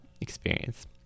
experience